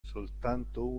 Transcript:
soltanto